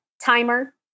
timer